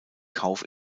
kauf